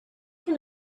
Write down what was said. can